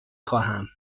خواهم